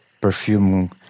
perfume